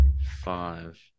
Five